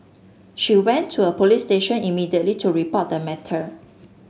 she went to a police station immediately to report the matter